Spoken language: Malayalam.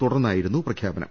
തുടർന്നായിരുന്നു പ്രഖ്യാപനം